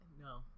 no